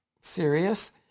serious